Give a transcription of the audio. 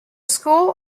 school